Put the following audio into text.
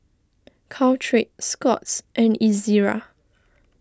Caltrate Scott's and Ezerra